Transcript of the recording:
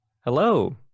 Hello